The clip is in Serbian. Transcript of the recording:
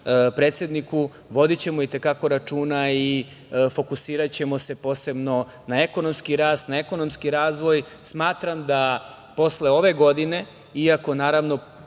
predsedniku, vodićemo i te kako računa i fokusiraćemo se posebno na ekonomski rast, na ekonomski razvoj. Smatram da posle ove godine, iako postoji